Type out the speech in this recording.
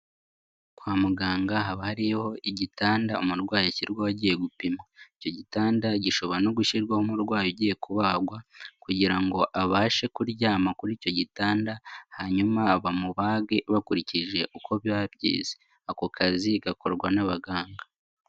Kwa muganga haba hariyo igitanda umurwayi ashyirwaho agiye gupimwa, icyo gitanda gishobora no gushyirwaho umurwayi ugiye kubagwa kugira ngo abashe kuryama kuri icyo gitanda hanyuma bamubage bakurikije uko ba byize, ako kazi gakorwa n'abaganga.